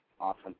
Awesome